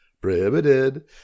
prohibited